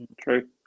true